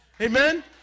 Amen